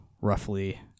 roughly